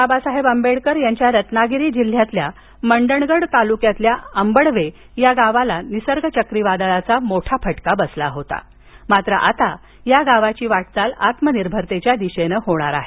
बाबासाहेब आंबेडकर यांच्या रत्नागिरी जिल्ह्यातल्या मंडणगड तालुक्यातल्या आंबडवे या गावाला निसर्ग चक्रीवादळाचा मोठा फटका बसला होता मात्र आता या गावाची वाटचाल आत्मनिर्भरतेच्या दिशेनं होणार आहे